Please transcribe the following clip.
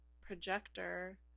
projector